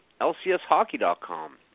LCSHockey.com